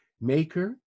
Maker